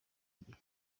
gihe